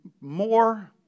more